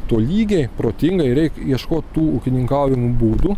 tolygiai protingai reik ieškot tų ūkininkavimo būdų